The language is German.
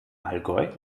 allgäu